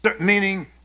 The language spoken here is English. meaning